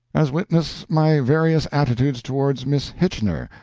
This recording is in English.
as witness my various attitudes towards miss hitchener,